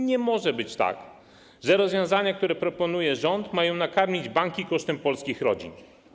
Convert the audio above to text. Nie może być tak, że rozwiązania, które proponuje rząd, mają nakarmić banki kosztem polskich rodzin.